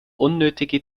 unnötige